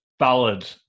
valid